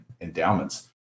endowments